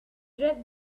read